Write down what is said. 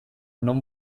non